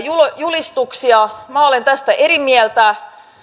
julistuksia minä olen tästä eri mieltä